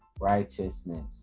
righteousness